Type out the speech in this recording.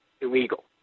illegal